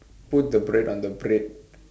put the bread on the bread